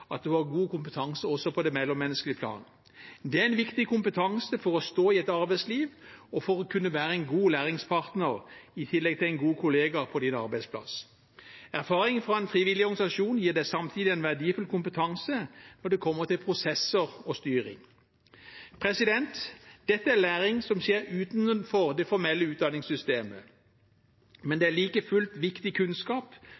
at man har god kompetanse også på det mellommenneskelige plan. Det er en viktig kompetanse for å stå i et arbeidsliv og for å kunne være en god læringspartner i tillegg til en god kollega på arbeidsplassen. Erfaring fra en frivillig organisasjon gir en samtidig en verdifull kompetanse når det kommer til prosesser og styring. Dette er læring som skjer utenfor det formelle utdanningssystemet, men